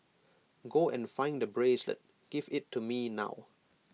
go and find the bracelet give IT to me now